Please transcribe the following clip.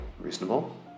reasonable